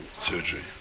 surgery